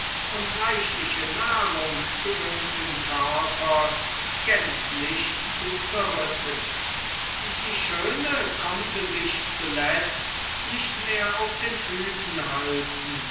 und reichliche nahrung gewöhnten körpers gänzlich zu zerrütten die schöne konnte sich zuletzt nicht mehr auf den füßen halten